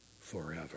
forever